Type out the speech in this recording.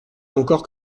encore